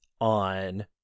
on